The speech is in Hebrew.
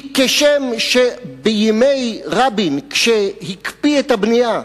כי כשם שבימי רבין שהקפיא את הבנייה,